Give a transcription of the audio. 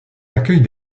accueille